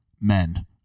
men